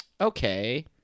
Okay